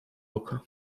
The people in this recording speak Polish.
oka